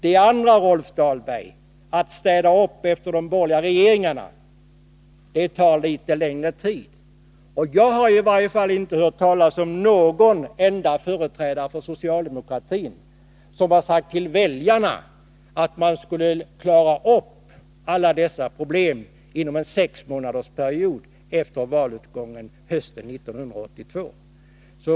Den andra uppgiften, Rolf Dahlberg, att städa upp efter de borgerliga regeringarna, tar litet längre tid. Jag har i varje fall inte hört talas om någon enda företrädare för socialdemokratin som har sagt till väljarna att vi skulle klara upp alla dessa problem inom en sexmånadersperiod efter valutgången hösten 1982.